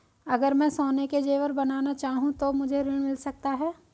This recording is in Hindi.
अगर मैं सोने के ज़ेवर बनाना चाहूं तो मुझे ऋण मिल सकता है?